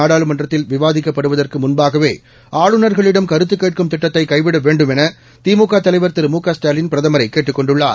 நாடாளுமன்றத்தில் விவாதிக்கப்படுவதற்கு முன்பாகவே ஆளுநர்களிடம் கருத்து கேட்கும் திட்டத்தை கைவிட வேண்டும் என திமுக தலைவர் திரு முக ஸ்டாலின் பிரதமரை கேட்டுக் கொண்டுள்ளார்